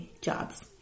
jobs